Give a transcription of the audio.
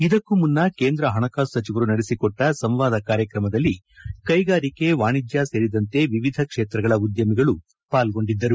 ಇದಕ್ಕೂ ಮುನ್ನ ಕೇಂದ್ರ ಹಣಕಾಸು ಸಚಿವರು ನಡೆಸಿಕೊಟ್ಟ ಸಂವಾದ ಕಾರ್ಯಕ್ರಮದಲ್ಲಿ ಕೈಗಾರಿಕೆ ವಾಣಿಜ್ಯ ಸೇರಿದಂತೆ ವಿವಿಧ ಕ್ಷೇತ್ರಗಳ ಉದ್ಯಮಿಗಳು ಪಾಲ್ಗೊಂಡಿದ್ದರು